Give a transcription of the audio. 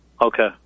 Okay